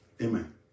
amen